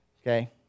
Okay